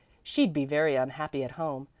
she'd be very unhappy at home,